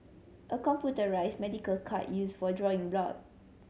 a computerised medical cart used for drawing blood